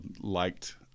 liked